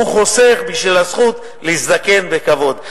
הוא חוסך בשביל הזכות להזדקן בכבוד.